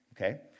Okay